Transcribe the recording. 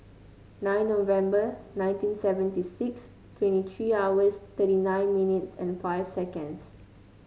nine November nineteen seventy six twenty three hours thirty nine minutes and five seconds